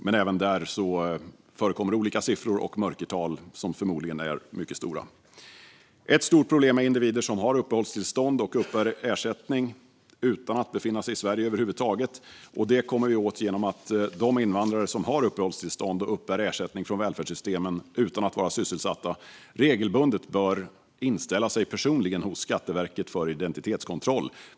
Men även där förekommer det olika siffror och mörkertal som förmodligen är mycket stora. Ett stort problem är individer som har uppehållstillstånd och uppbär ersättning utan att befinna sig i Sverige över huvud taget. Det kommer vi åt genom att de invandrare som har uppehållstillstånd och uppbär ersättning från välfärdssystemen utan att vara sysselsatta regelbundet inställer sig personligen hos Skatteverket för identitetskontroll.